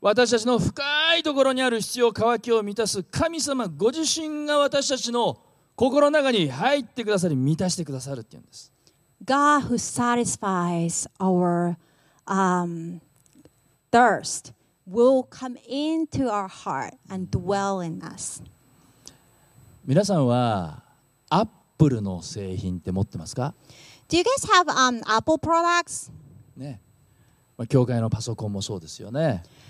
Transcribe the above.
私たちの深いところにある必要、渇きを満たす神様ご自身が私たちの心の中に入ってくださり満たしてくださるっていうんです。God who satisfies our, um, thirst will come into our heart andうん。dwell in us.皆さんは、アップルの製品って持ってますか？Do you guys have, um, Apple products?ね。まあ、教会のパソコンもそうですよね。